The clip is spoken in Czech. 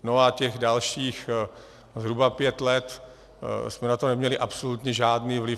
No, a těch dalších zhruba pět let jsme na to neměli absolutně žádný vliv.